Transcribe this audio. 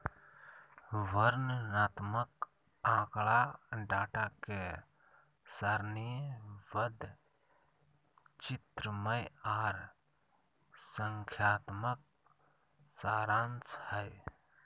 वर्णनात्मक आँकड़ा डाटा के सारणीबद्ध, चित्रमय आर संख्यात्मक सारांश हय